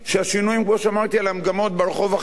כמו שאמרתי על המגמות ברחוב החרדי,